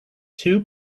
two